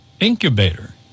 incubator